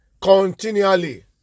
continually